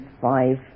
five